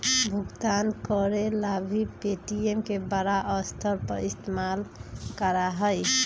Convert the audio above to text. भुगतान करे ला भी पे.टी.एम के बड़ा स्तर पर इस्तेमाल करा हई